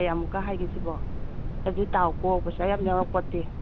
ꯀꯌꯥꯃꯨꯛꯀ ꯍꯥꯏꯒꯦ ꯁꯤꯕꯣ ꯈꯔꯗꯤ ꯇꯥꯎꯀꯣ ꯄꯩꯁꯥ ꯌꯥꯝ ꯌꯥꯎꯔꯛꯄꯣꯟꯇꯦ